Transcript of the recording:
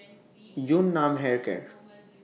Yun Nam Hair Care